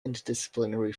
interdisciplinary